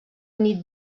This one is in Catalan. nit